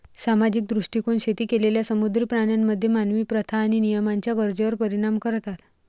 सामाजिक दृष्टीकोन शेती केलेल्या समुद्री प्राण्यांमध्ये मानवी प्रथा आणि नियमांच्या गरजेवर परिणाम करतात